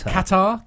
Qatar